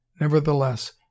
Nevertheless